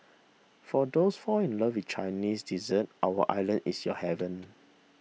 for those fall in love with Chinese dessert our island is your heaven